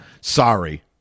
sorry